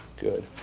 Good